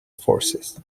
forces